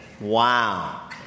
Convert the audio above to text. Wow